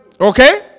Okay